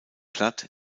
glatt